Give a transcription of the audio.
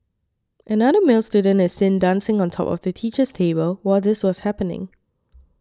another male student is seen dancing on top of the teacher's table while this was happening